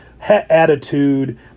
attitude